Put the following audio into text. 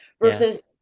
versus